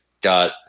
got